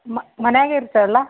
ಮ ಮನೆಯಾಗೇ ಇರ್ತೀರಲ್ಲ